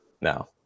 No